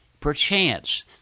Perchance